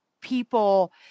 people